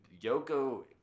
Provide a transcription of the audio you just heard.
Yoko